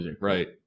right